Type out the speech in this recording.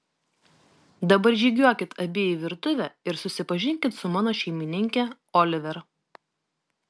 dabar žygiuokit abi į virtuvę ir susipažinkit su mano šeimininke oliver